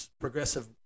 progressive